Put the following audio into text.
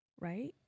right